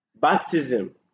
Baptism